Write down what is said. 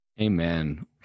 Amen